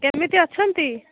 କେମିତି ଅଛନ୍ତି